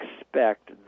expect